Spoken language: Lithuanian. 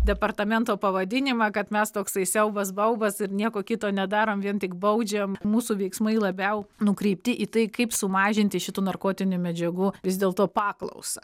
departamento pavadinimą kad mes toksai siaubas baubas ir nieko kito nedarom vien tik baudžiam mūsų veiksmai labiau nukreipti į tai kaip sumažinti šitų narkotinių medžiagų vis dėlto paklausą